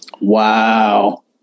Wow